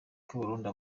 kabarondo